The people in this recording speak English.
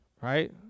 Right